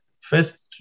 first